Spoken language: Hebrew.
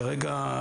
כרגע,